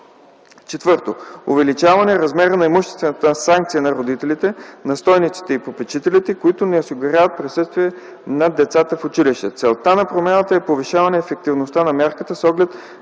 живот. 4. Увеличаване размера на имуществената санкция за родителите, настойниците и попечителите, които не осигуряват присъствието на децата в училище. Целта на промяната е повишаване ефективността на мярката с оглед